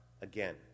again